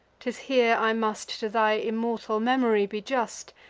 t is here i must to thy immortal memory be just,